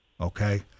okay